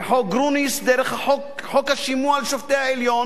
מחוק גרוניס דרך חוק השימוע לשופטי העליון,